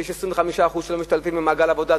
שיש 25% שלא משתלבים במעגל העבודה,